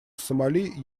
сомали